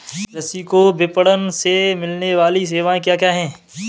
कृषि को विपणन से मिलने वाली सेवाएँ क्या क्या है